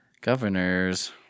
Governors